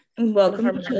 welcome